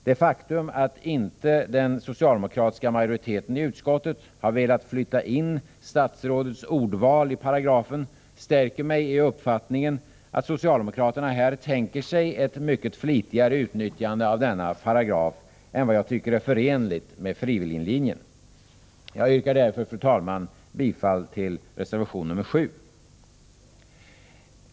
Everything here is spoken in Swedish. Det faktum att inte den socialdemokratiska majoriteten i utskottet har velat flytta in statsrådets ordval i paragrafen stärker mig i uppfattningen, att socialdemokraterna här tänker sig ett mycket flitigare utnyttjande av denna paragraf än vad jag tycker är förenligt med frivilliglinjen. Jag yrkar därför, fru talman, bifall till reservation nr 7.